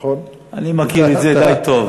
אני מכיר את זה די טוב.